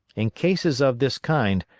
in cases of this kind,